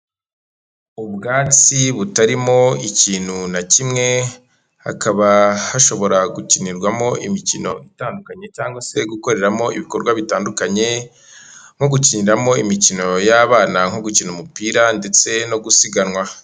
Ubwatsi butarimo ikintu na kimwe hakaba hashobora gukinirwamo imikino itandukanye cyangwa se gukoreramo ibikorwa bitandukanye nko gukiniramo imikino y'abana nko gukina umupira ndetse no gusiganwa.